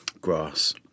grass